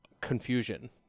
confusion